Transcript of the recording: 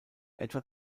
etwa